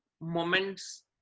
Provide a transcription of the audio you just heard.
Moments